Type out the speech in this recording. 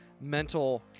mental